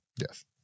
Yes